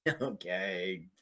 okay